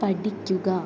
പഠിക്കുക